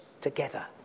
together